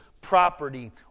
property